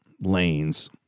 lanes